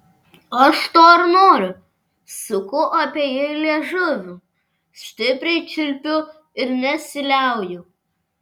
aš to ir noriu suku apie jį liežuviu stipriai čiulpiu ir nesiliauju